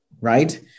Right